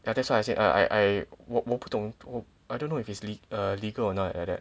ya that's why I said I I I 我我不懂 I don't know if it's err legal or not like that